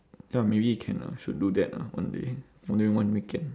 ya maybe can lah should do that lah one day one weekend